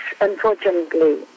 unfortunately